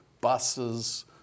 buses